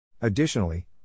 Additionally